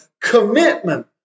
commitment